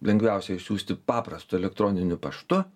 lengviausiai išsiųsti paprastu elektroniniu paštu